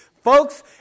Folks